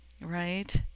right